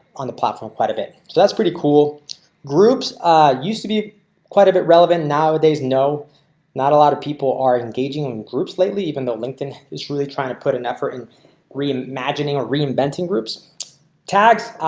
on the platform quite a bit. so that's pretty cool groups used to be quite a bit relevant nowadays. no not a lot of people are engaging and in groups lately, even though linkedin is really trying to put an effort in reimagining ah reinventing groups tags.